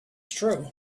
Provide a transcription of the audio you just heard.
true